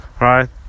right